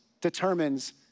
determines